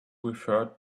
referred